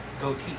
goatee